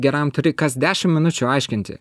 geram turi kas dešim minučių aiškinti